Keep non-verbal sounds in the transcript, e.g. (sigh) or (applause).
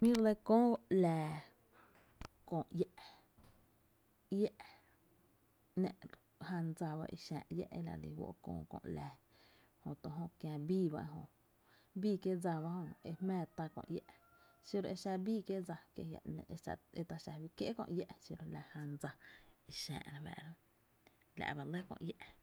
Jää jmíi’ re lɇ köö ‘láa köö iä’, iä’ ‘nⱥ’ jan dsa ba i xää’ iá’ e la dse lí fó’ köö kö ‘laa jö to jö kiä bii ba ejö, bii (noise) kiee’ dsa ba e jmⱥⱥ tá kö iá’, xiro e xa bii kiee’ dsa e ta xá fí kié’ kö iä’ xiro la jna dsa xää, re fáá’ra jö, la’ ba lɇ köö iä’.